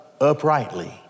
uprightly